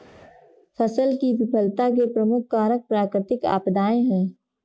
फसल की विफलता के प्रमुख कारक प्राकृतिक आपदाएं हैं